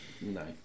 no